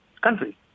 country